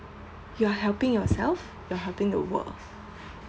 you are helping yourself you are helping the world